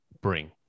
bring